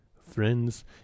Friends